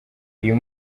uyu